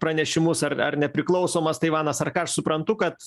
pranešimus ar ar nepriklausomas taivanas ar ką aš suprantu kad